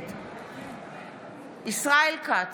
נגד ישראל כץ,